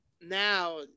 now